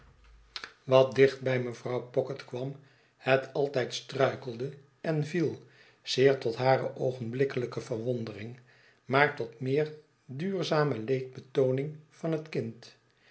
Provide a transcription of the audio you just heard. wat dicht bij mevrouw pocket kwam het altijd struikelde en viel zeer tot hare oogenblikkelijke verwondering maar tot meer duurzame leedbetooning van het kind